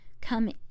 come